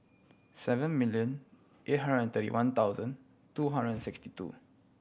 seven million eight hundred and thirty one thousand two hundred and sixty two